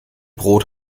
brot